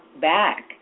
back